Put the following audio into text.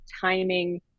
timing